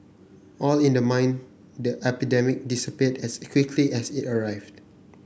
all in the mind the 'epidemic' disappeared as quickly as it arrived